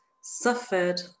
suffered